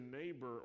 neighbor